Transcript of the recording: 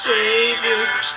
Savior